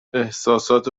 احسسات